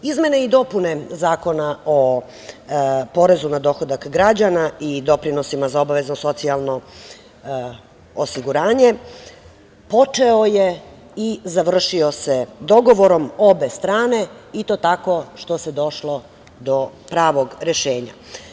Izmene i dopune Zakona o porezu na dohodak građana i doprinosima za obavezno socijalno osiguranje počeo je i završio se dogovorom obe strane, i to tako što se došlo do pravog rešenja.